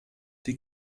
die